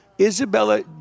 Isabella